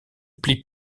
plie